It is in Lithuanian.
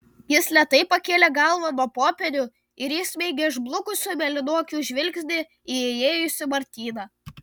jis lėtai pakėlė galvą nuo popierių ir įsmeigė išblukusių mėlynų akių žvilgsnį į įėjusį martyną